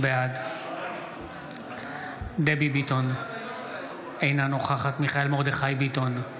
בעד דבי ביטון, אינה נוכחת מיכאל מרדכי ביטון,